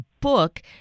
book